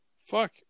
Fuck